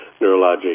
neurologic